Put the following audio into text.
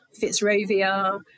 Fitzrovia